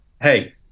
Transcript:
Hey